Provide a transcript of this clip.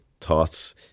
thoughts